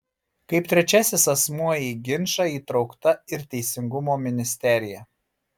kaip trečiasis asmuo į ginčą įtraukta ir teisingumo ministerija